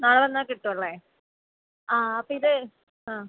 നാളെ വന്നാൽ കിട്ടുമല്ലോ ആ അപ്പോൾ ഇത് ആ